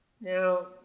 Now